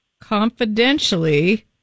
Confidentially